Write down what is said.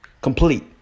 Complete